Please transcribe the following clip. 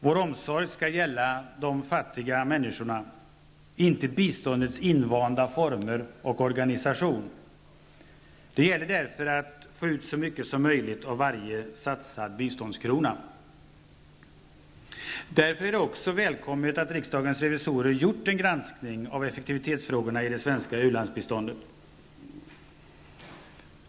Vår omsorg skall gälla de fattiga människorna -- inte biståndets invanda former och organisation. Det gäller därför att få ut så mycket som möjligt av varje satsad biståndskrona. Därför är det också välkommet att riksdagens revisorer gjort en granskning av effektivitetsfrågorna i det svenska ulandsbiståndet.